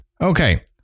Okay